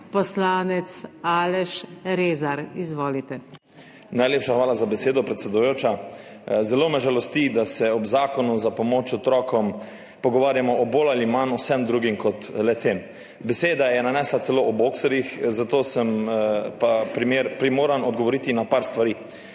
Izvolite. ALEŠ REZAR (PS Svoboda): Najlepša hvala za besedo, predsedujoča. Zelo me žalosti, da se ob zakonu za pomoč otrokom pogovarjamo bolj ali manj o vsem drugem kot le-tem. Beseda je nanesla celo na boxerje, zato sem primoran odgovoriti na nekaj stvari.